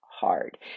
hard